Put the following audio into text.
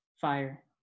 Fire